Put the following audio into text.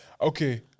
okay